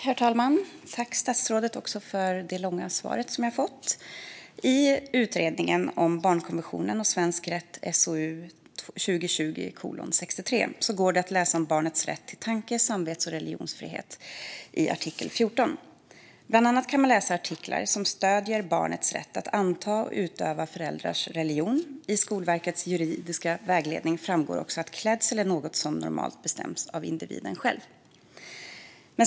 Herr talman! Tack, statsrådet, för det långa svar som jag har fått! I utredningen Barnkonventionen och svensk rätt , SOU 2020:63, går det att läsa om barnets rätt till tanke-, samvets och religionsfrihet i artikel 14. Bland annat kan man läsa artiklar som stöder barnets rätt att anta och utöva sina föräldrars religion. I Skolverkets juridiska vägledning framgår också att klädsel är något som normalt bestäms av individen själv.